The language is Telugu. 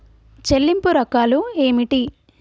చెల్లింపు రకాలు ఏమిటి?